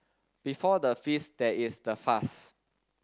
before the feast there is the fast